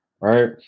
Right